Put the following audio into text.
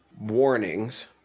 Warnings